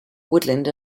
woodland